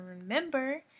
remember